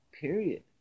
Period